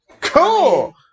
Cool